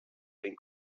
ein